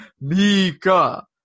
Mika